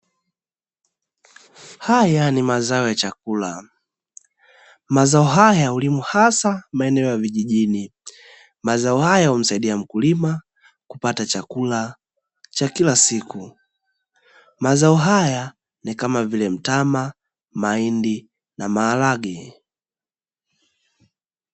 Haya ni mazao ya chakula. Mazao haya hulimwa hasa maeneo ya vijijini. Mazao haya humsaidia mkulima kupata chakula cha kila siku, haya ni kama vile mtama, mahindi na maharage.